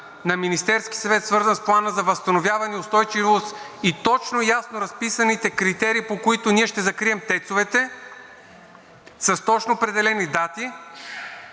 на Министерския съвет, свързан с Плана за възстановяване и устойчивост, и точно и ясно разписаните критерии, по които ние ще закрием ТЕЦ-овете, с точно определени дати